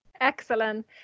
Excellent